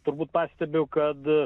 turbūt pastebiu kad